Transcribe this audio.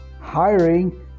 hiring